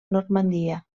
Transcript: normandia